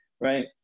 right